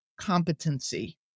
competency